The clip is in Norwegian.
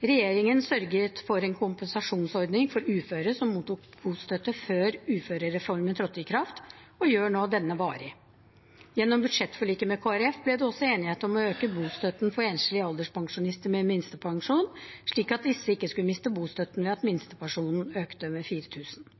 Regjeringen sørget for en kompensasjonsordning for uføre som mottok bostøtte før uførereformen trådte i kraft, og gjør nå denne varig. Gjennom budsjettforliket med Kristelig Folkeparti ble det også enighet om å øke bostøtten for enslige alderspensjonister med minstepensjon, slik at disse ikke skulle miste bostøtten ved at minstepensjonen økte med 4 000 kr.